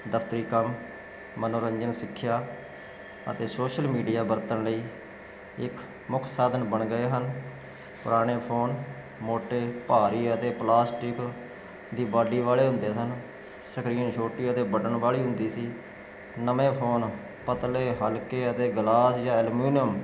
ਦਫਤਰੀ ਕੰਮ ਮਨੋਰੰਜਨ ਸਿੱਖਿਆ ਅਤੇ ਸੋਸ਼ਲ ਮੀਡੀਆ ਵਰਤਨ ਲਈ ਇੱਕ ਮੁੱਖ ਸਾਧਨ ਬਣ ਗਏ ਹਨ ਪੁਰਾਣੇ ਫੋਨ ਮੋਟੇ ਭਾਰੀ ਅਤੇ ਪਲਾਸਟਿਕ ਦੀ ਬਾਡੀ ਵਾਲੇ ਹੁੰਦੇ ਸਨ ਸਕਰੀਨ ਛੋਟੀ ਉਹਦੇ ਬਟਨ ਵਾਲੀ ਹੁੰਦੀ ਸੀ ਨਵੇਂ ਫੋਨ ਪਤਲੇ ਹਲਕੇ ਅਤੇ ਗਲਾਸ ਜਾਂ ਐਲਮੇਨੀਅਮ